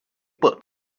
pat